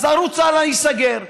אז ערוץ הלא ייסגר,